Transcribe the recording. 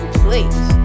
please